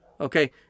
okay